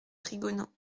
trigonant